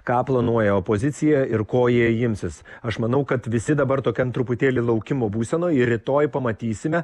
ką planuoja opozicija ir ko jie imsis aš manau kad visi dabar tokiam truputėlį laukimo būsenoj ir rytoj pamatysime